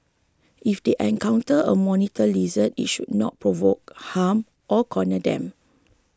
if they encounter a monitor lizard they should not provoke harm or corner them